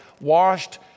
washed